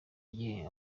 gihe